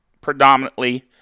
predominantly